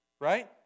right